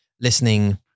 listening